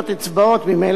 והכול יהיה בסדר.